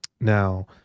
Now